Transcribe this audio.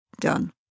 done